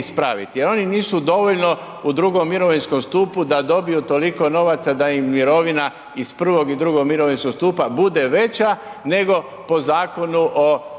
jer oni nisu dovoljno u 2. mirovinskom stupu da dobiju toliko novaca da im mirovina iz 1. i 2. mirovinskog stupa bude veća nego po zakonu o dakle,